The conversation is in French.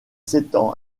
s’étend